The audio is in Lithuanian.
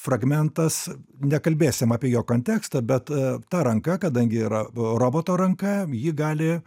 fragmentas nekalbėsim apie jo kontekstą bet ta ranka kadangi yra roboto ranka ji gali